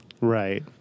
Right